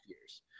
years